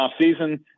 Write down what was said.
offseason